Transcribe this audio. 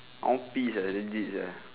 I want pee legit sia